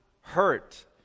hurt